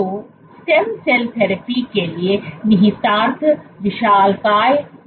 तो stem cell therapy के लिए निहितार्थ विशालकाय है